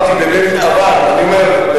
אבל אני אומר: